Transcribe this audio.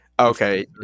Okay